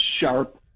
sharp